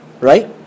right